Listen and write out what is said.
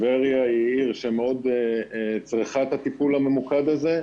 טבריה היא עיר שמאוד צריכה את הטיפול הממוקד הזה,